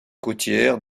côtières